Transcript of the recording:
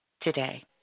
today